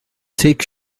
take